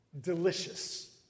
delicious